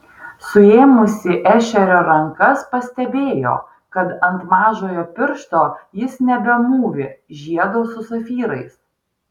suėmusi ešerio rankas pastebėjo kad ant mažojo piršto jis nebemūvi žiedo su safyrais